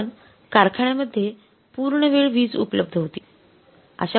कारण कारखान्यामध्ये पूर्णवेळ वीज उपलब्ध होती